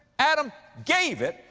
adam gave it,